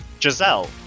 Giselle